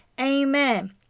Amen